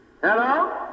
Hello